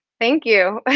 thank you, but